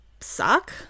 suck